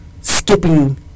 skipping